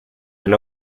and